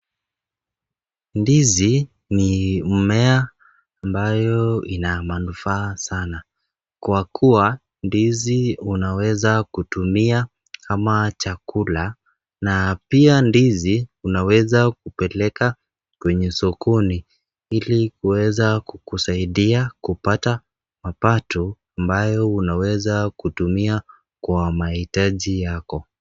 Ndizi ni mimea ambayo ina manufaa sana kwa kuwa ndizi unaweza kutumia kama chakula na pia ndizi unaweza kupeleka kwenye sokoni hili kuweza kukusaidia kupata mapato ambayo unaweza kutumia kwa mahitaji yako.